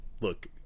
look